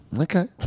Okay